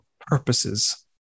purposes